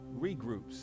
regroups